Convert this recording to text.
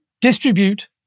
distribute